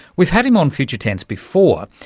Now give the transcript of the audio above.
we've had him on future tense before,